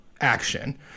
action